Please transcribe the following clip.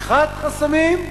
פתיחת חסמים,